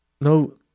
No